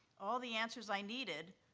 all the answers i needed,